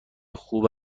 خوب